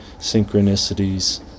synchronicities